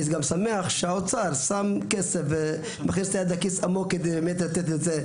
ואני גם שמח שהאוצר שם כסף ומכניס את היד לכיס עמוק כדי באמת לתת את זה,